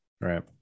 Right